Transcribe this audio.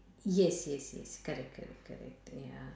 yes yes yes correct correct correct ya